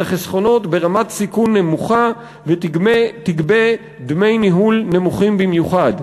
החסכונות ברמת סיכון נמוכה ותגבה דמי ניהול נמוכים במיוחד.